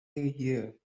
year